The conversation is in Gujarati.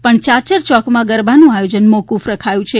પણ ચાચર ચોકમાં ગરબાનું આયોજન મોક્ફ રખાયું છે